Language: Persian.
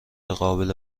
قابل